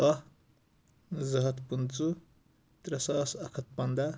کہہ زٕ ہَتھ پٕنٛژٕہ ترٛےٚ ساس اکھتھ پنٛدہ